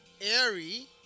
airy